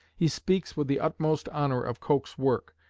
he speaks with the utmost honour of coke's work,